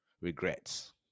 regrets